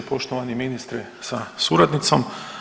Poštovani ministre sa suradnicom.